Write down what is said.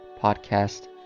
podcast